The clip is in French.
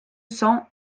cent